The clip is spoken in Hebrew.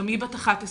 גם היא בת 11,